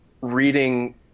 reading